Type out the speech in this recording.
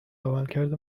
عملکرد